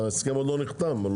ההסכם עוד לא נחתם.